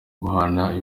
duhana